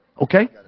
Okay